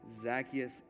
Zacchaeus